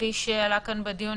כפי שעלה כאן בדיון,